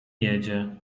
jedzie